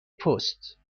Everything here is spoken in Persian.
پست